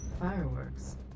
Fireworks